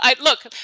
Look